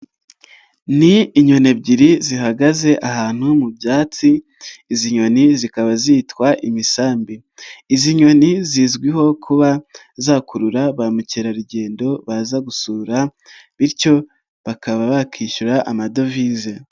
Ni inyoni ebyiri zihagaze ahantu mu byatsi, izi nyoni zikaba zitwa imisambi, izi nyoni zizwiho kuba zakurura ba mukerarugendo baza gusura, bityo bakaba bakishyura amadovize.